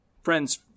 Friends